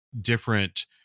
different